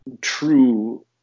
true